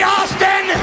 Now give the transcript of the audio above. Austin